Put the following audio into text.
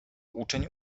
uczeń